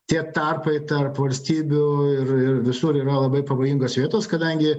tie tarpai tarp valstybių ir ir visur yra labai pavojingos vietos kadangi